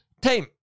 team